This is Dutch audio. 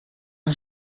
een